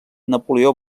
napoleó